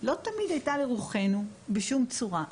לא תמיד הייתה לרוחנו בשום צורה,